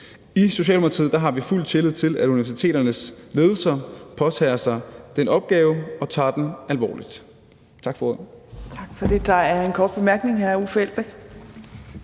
I Socialdemokratiet har vi fuld tillid til, at universiteternes ledelser påtager sig den opgave og tager den alvorligt.